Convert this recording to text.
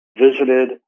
visited